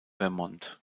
vermont